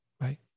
right